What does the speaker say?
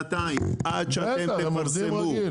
בינתיים, עד שאתם תפרסמו,